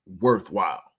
worthwhile